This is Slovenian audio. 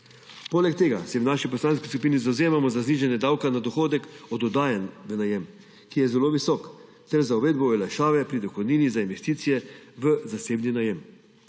Poleg tega se v naši poslanski skupini zavzemamo za znižanje davka na dohodek od oddajanj v najem, ki je zelo visok, ter za uvedbo olajšave pri dohodnini za investicije v zasebni najem.